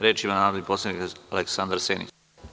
Reč ima narodni poslanik Aleksandar Senić.